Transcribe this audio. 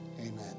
Amen